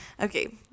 Okay